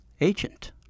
agent